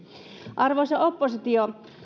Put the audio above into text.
arvoisa oppositio